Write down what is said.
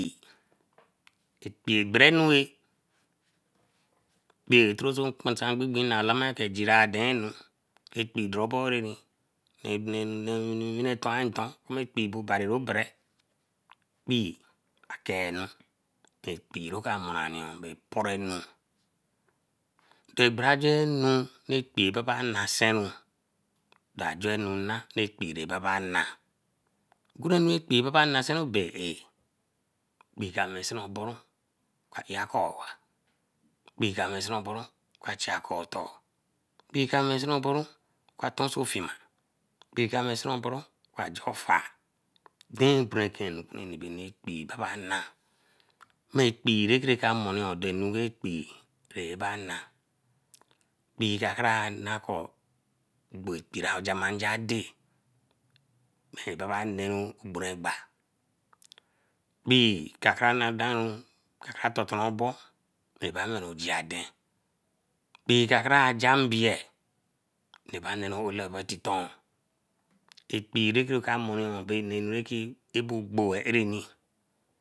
Ekpee, ekpee gberenu oo. Alabirikor ekpee geera adenu. Ekpee dorobo erani owi ra toan nton kori ekpee kpee akenu, ke kpee rake monaru bae poora anu, ebaranjenu wa naseru. Da jo anu nah ekpee ra baba nah. Gore nu ekpee baba a bae ah, ekpee ka wesenoboru, oka eyeeh okai owa, kpee ka wesen oboru oka chi oka otoh, kpee ka wesen oboru oka tensofina, kpee ka wesonoboru oka jai ofar eberekena nukanu baba nah mo kpee babaeramo ra ekpee baba nah, kpee ba kor ku boh kpee ra oou jama nja dey kpee baba neru boren egba, kpee kra kra na danru, kakara totoero obo, eba loro ojie aden. kpee kakara jah mbie leba lern ani ra titon ekpee ra ke ka mo bey anu rake abo gboeh arani